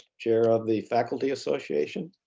chair of the faculty association.